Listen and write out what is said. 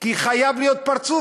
כי חייב להיות פרצוף.